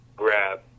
grab